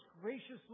graciously